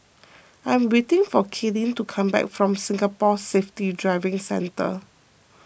I am waiting for Kaylyn to come back from Singapore Safety Driving Centre